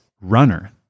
runner